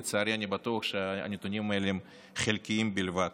לצערי, אני בטוח שהנתונים האלה חלקיים בלבד.